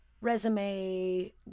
resume